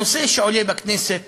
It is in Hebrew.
הנושא שעולה בכנסת